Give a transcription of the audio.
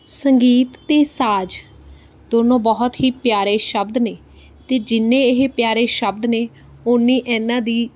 ਸੰਗੀਤ ਅਤੇ ਸਾਜ ਦੋਨੋਂ ਬਹੁਤ ਹੀ ਪਿਆਰੇ ਸ਼ਬਦ ਨੇ ਅਤੇ ਜਿੰਨੇ ਇਹ ਪਿਆਰੇ ਸ਼ਬਦ ਨੇ ਉੰਨੀ ਇਹਨਾਂ ਦੀ